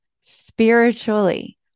spiritually